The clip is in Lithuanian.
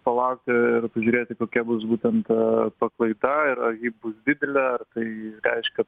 palaukti ir pažiūrėti kokia bus būtent paklaida ir ji bus didelė ar tai reiškia